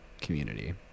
community